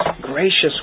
Gracious